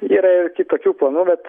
yra ir kitokių planų bet